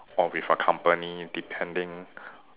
or with a company depending